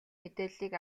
мэдээллийг